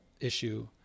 issue